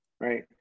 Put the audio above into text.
right